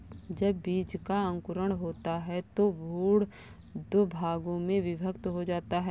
जब बीज का अंकुरण होता है तो भ्रूण दो भागों में विभक्त हो जाता है